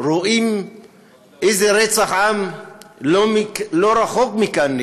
רואים איזה רצח עם נמצא לא רחוק מכאן,